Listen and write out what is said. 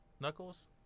Knuckles